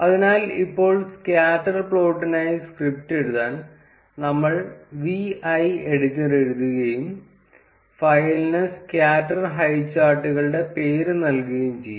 അതിനാൽ ഇപ്പോൾ സ്കാറ്റർ പ്ലോട്ടിനായി സ്ക്രിപ്റ്റ് എഴുതാൻ നമ്മൾ vi എഡിറ്റർ എഴുതുകയും ഫയലിന് സ്കാറ്റർ ഹൈചാർട്ടുകളുടെ പേര് നൽകുകയും ചെയ്യും